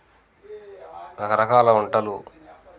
రకరకాల వంటలు